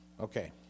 Okay